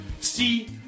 See